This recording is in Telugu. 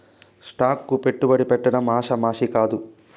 స్టాక్ కు పెట్టుబడి పెట్టడం ఆషామాషీ కాదు